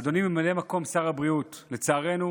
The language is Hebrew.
אדוני ממלא מקום שר הבריאות, לצערנו